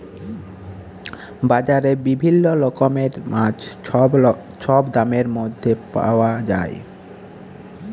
বাজারে বিভিল্ল্য রকমের মাছ ছব দামের ম্যধে পাউয়া যায়